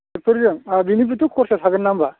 ट्रेक्टरजों बेनिबोथ' खरसा थागोन ना होनबा